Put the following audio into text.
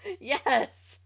Yes